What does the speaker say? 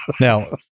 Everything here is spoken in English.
Now